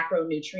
macronutrients